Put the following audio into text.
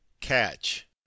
catch